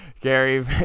Gary